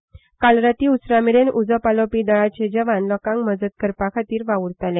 श्क्रारा रातीं उसरां मेरेन उजो पालोवपी दळाचे जवान लोकांक मदत करपा खातीर वाव्रताले